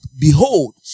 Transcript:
behold